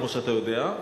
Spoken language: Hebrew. כמו שאתה יודע,